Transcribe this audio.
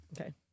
Okay